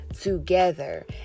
together